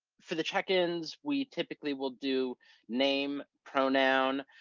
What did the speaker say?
for the check-ins, we typically will do name, pronoun,